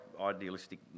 idealistic